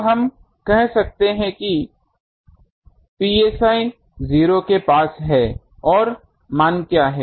तो हम कह सकते हैं कि psi 0 के पास है और मान क्या है